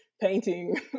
painting